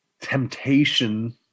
temptation